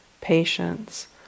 patience